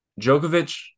Djokovic